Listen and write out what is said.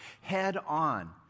head-on